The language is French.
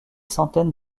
centaines